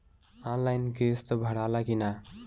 Online किस्त भराला कि ना?